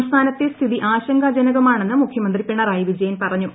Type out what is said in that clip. സംസ്ഥാനത്തെ സ്ഥിതി ആശങ്കാജനകമാണെന്ന് മുഖ്യമന്ത്രി പിണറായി വിജയൻ പറഞ്ഞു